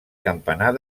campanar